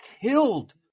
killed